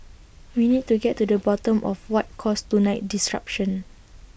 we need to get to the bottom of what caused tonight's disruption